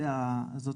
זאת